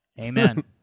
Amen